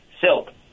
Silk